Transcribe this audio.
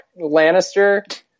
Lannister